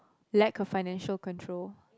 lack of financial control